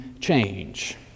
change